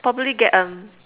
probably get a